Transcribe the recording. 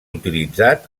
utilitzat